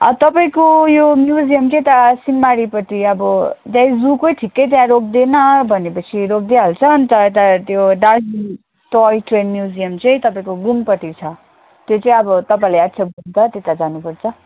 तपाईँको यो म्युजियम चाहिँ यता सिङमारीपट्टि अब त्यही जूको ठिकै त्यहाँ रोकिदेन भने पछि रोकिदिहाल्छ अन्त यता त्यो दार्जिलिङ टोय ट्रेन म्युजियम चाहिँ तपाईँको घुमपट्टि छ त्यो चाहिँ अब तपाईँलाई याद छ घुम त त्यता जानु पर्छ